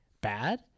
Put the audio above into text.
bad